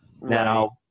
now